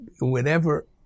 whenever